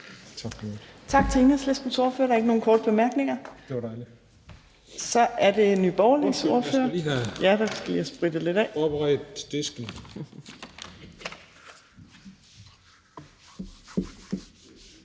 Tak for ordet.